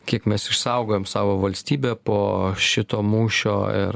kiek mes išsaugojom savo valstybę po šito mūšio ir